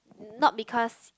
not because